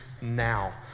now